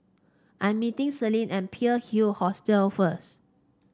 I'm meeting Celine at Pearl Hill Hostel first